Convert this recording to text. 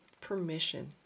permission